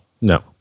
No